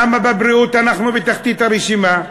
למה בבריאות אנחנו בתחתית הרשימה,